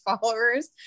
followers